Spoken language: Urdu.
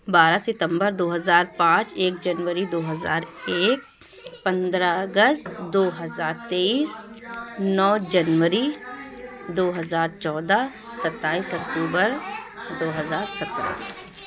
بارہ ستمبر دو ہزار پانچ ایک جنوری دو ہزار ایک پندرہ اگست دو ہزار تیئیس نو جنوری دو ہزار چودہ ستائیس اکتوبر دو ہزار سترہ